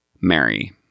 Mary